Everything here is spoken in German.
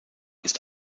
ist